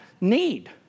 need